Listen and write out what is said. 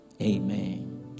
Amen